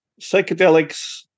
psychedelics